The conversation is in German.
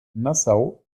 nassau